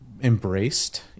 embraced